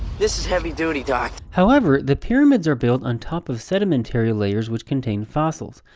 this is heavy duty, doc. however, the pyramids are built on top of sedimentary layers, which contain fossils.